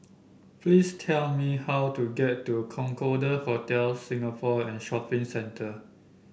please tell me how to get to Concorde Hotel Singapore and Shopping Centre